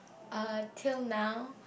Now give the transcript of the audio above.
uh till now